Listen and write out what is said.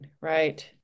right